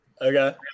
Okay